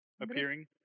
appearing